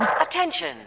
Attention